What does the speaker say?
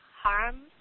harm